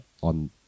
on